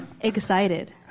excited